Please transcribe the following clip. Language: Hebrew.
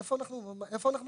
איפה אנחנו חיים?